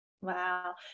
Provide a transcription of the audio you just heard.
Wow